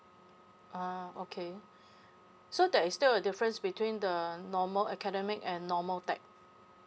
ah okay so there is still a difference between the normal academic and normal tech